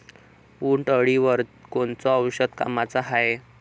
उंटअळीवर कोनचं औषध कामाचं हाये?